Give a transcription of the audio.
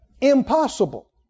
Impossible